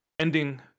ending